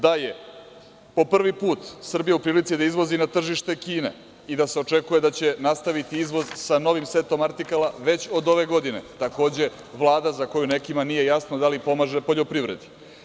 Da je po prvi put Srbija u prilici da izvozi na tržište Kine i da se očekuje da će nastaviti izvoz sa novim setom artikala već od ove godine, takođe, Vlada za koju nekima nije jasno da li pomaže poljoprivredi.